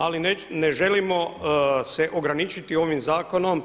Ali ne želimo se ograničiti ovim zakonom,